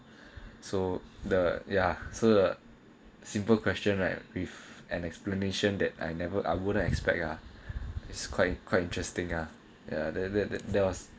so the ya so uh simple question right with an explanation that I never I wouldn't expect ah it's quite quite interesting ah ya that there was